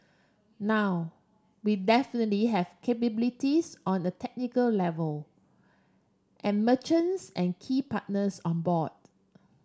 now we definitely have capabilities on the technical level and merchants and key partners on board